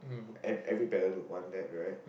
every every parent would want that right